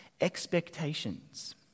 expectations